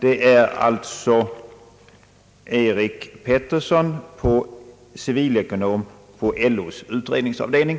Det är alltså Eric Pettersson, civilekonom på LO:s utredningsavdelning.